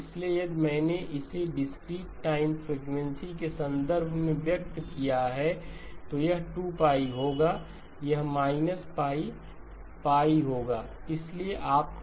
इसलिए यदि मैंने इसे डिस्क्रीट टाइम फ्रीक्वेंसी के संदर्भ में व्यक्त किया तो यह 2 π होगा यह −π होगा